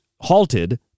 halted